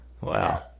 Wow